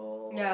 ya